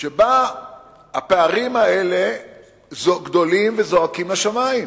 שבה הפערים האלה גדולים וזועקים לשמים.